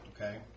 Okay